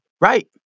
Right